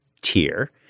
tier